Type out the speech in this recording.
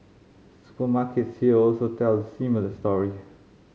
supermarkets here also tell a similar story